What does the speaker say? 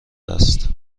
است